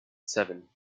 seven